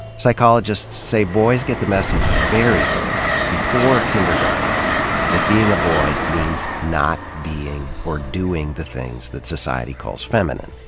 psychologists say boys get the message very early before kindergarten that being a boy means not being or doing the things that society calls feminine.